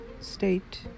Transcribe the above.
state